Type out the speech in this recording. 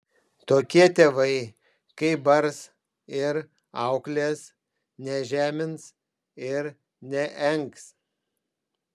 tokie tėvai kai bars ir auklės nežemins ir neengs